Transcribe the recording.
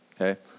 okay